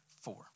four